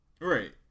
Right